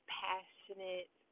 passionate